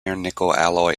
alloy